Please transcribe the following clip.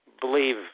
believe